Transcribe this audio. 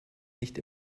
nicht